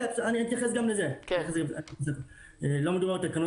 אני מניח שאם הוא היה מאיים על סופר מסוים בשלילת תעודת הכשרות